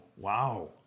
wow